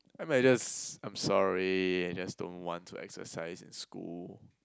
I might just I'm sorry I just don't want to exercise in school